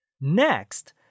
Next